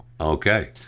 okay